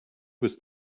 bist